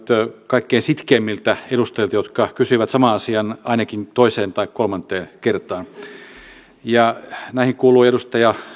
kaikkein sitkeimmiltä edustajilta jotka kysyivät saman asian ainakin toiseen tai kolmanteen kertaan näihin kuuluu edustaja